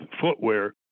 footwear